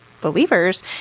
believers